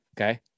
Okay